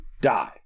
die